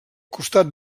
costat